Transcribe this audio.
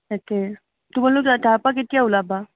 তাকেই তোমালোক তাৰপৰা কেতিয়া ওলাবা